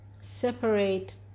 separate